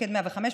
מוקד 105,